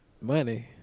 money